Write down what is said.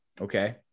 okay